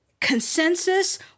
consensus